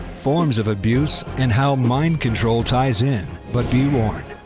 forms of abuse and how mind control ties in. but be warned,